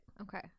okay